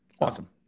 Awesome